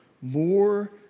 more